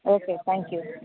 okay thank you